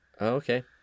Okay